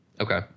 Okay